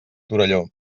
torelló